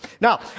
Now